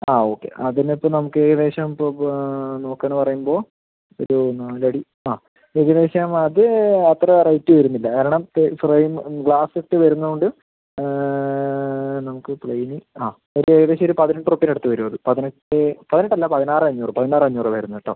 ആ ഓക്കെ അതിന് ഇപ്പം നമുക്ക് ഏകദേശം ഇപ്പം നോക്കുക എന്ന് പറയുമ്പം ഒരു നാലടി ആ ഏകദേശം അത് അത്ര റേറ്റ് വരുന്നില്ല കാരണം ഇത് ഫ്രെയിമ് ഗ്ലാസ് ഇട്ട് വരുന്നത് കൊണ്ട് നമുക്ക് പ്ലെയിന് ആ ഒര് ഏകദേശം ഒര് പതിനെട്ട് രൂപേൻ്റ അടുത്ത് വരും അത് പതിനെട്ട് പതിനെട്ട് അല്ല പതിനാറ് അഞ്ഞൂറ് പതിനാറ് അഞ്ഞൂറ് വരുന്നത് കെട്ടോ